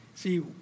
See